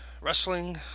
wrestling